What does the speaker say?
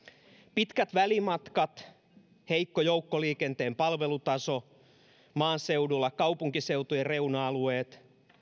pitkät välimatkat heikko joukkoliikenteen palvelutaso maaseudulla kaupunkiseutujen reuna alueet